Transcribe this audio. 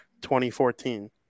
2014